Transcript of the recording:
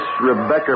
Rebecca